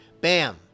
bam